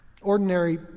ordinary